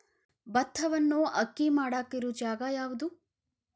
ಭತ್ತವನ್ನು ಅಕ್ಕಿ ಮಾಡಾಕ ಇರು ಜಾಗ ಯಾವುದು?